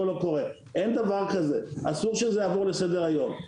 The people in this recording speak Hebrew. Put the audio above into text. אין דבר כזה, אסור שזה יעבור לסדר היום.